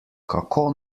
kako